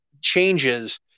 changes